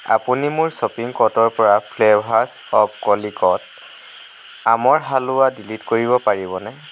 আপুনি মোৰ শ্বপিং কাৰ্টৰ পৰা ফ্লেভাৰছ অৱ কলিকট আমৰ হালোৱা ডিলিট কৰিব পাৰিবনে